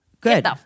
Good